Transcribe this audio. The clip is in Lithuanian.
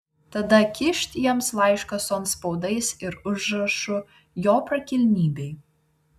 tada kyšt jiems laišką su antspaudais ir užrašu jo prakilnybei